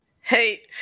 Hey